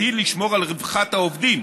והיא לשמור על רווחת העובדים,